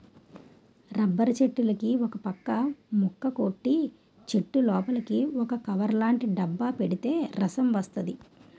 rubber చెట్టులుకి ఒకపక్క ముక్క కొట్టి చెట్టులోపలికి ఒక కవర్లాటి డబ్బా ఎడితే రసం వస్తది